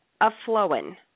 a-flowing